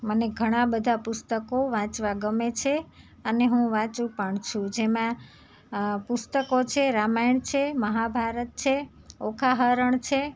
મને ઘણાબધા પુસ્તકો વાંચવા ગમે છે અને હું વાંચું પણ છું જેમાં પુસ્તકો છે રામાયણ છે મહાભારત છે ઓખાહરણ છે